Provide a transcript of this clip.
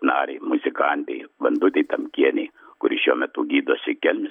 narei muzikantei vandutei tamkienei kuri šiuo metu gydosi kelmės